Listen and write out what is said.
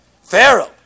Pharaoh